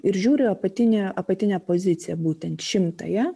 ir žiūriu apatinę apatinę poziciją būtent šimtąją